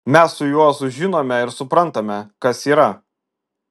mes su juozu žinome ir suprantame kas yra